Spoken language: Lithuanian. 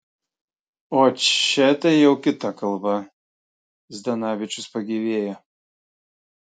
o čia tai jau kita kalba zdanavičius pagyvėjo